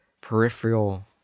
peripheral